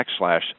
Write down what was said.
backslash